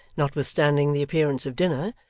notwithstanding the appearance of dinner,